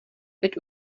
teď